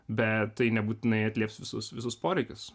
bet tai nebūtinai atlieps visus visus poreikius